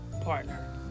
partner